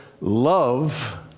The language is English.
love